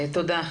תודה.